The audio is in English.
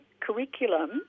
curriculum